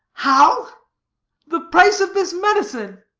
how the price of this medicine?